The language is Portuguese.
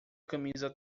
camisa